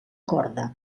corda